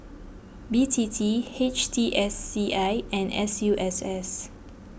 B T T H T S C I and S U S S